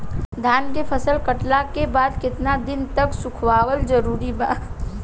धान के फसल कटला के बाद केतना दिन तक सुखावल जरूरी बा?